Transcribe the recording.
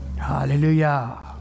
Hallelujah